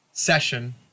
session